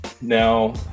Now